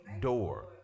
door